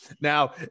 Now